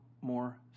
more